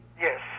Yes